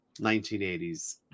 1980s